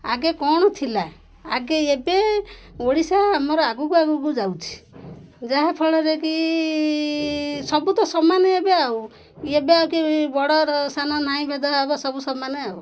ଆଗେ କ'ଣ ଥିଲା ଆଗେ ଏବେ ଓଡ଼ିଶା ଆମର ଆଗକୁ ଆଗକୁ ଯାଉଛି ଯାହାଫଳରେ କି ସବୁ ତ ସମାନ ଏବେ ଆଉ ଏବେ ଆଉ କି ବଡ଼ ସାନ ନାଇଁ ଭେଦ ଭାବ ସବୁ ସମାନ ଆଉ